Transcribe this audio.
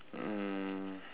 um